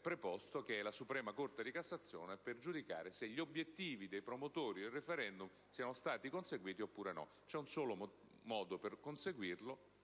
preposto, che è la Corte suprema di cassazione, per giudicare se gli obiettivi dei promotori del *referendum* siano stati conseguiti oppure no. Ebbene, c'è un solo modo per conseguire